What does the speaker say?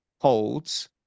holds